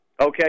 Okay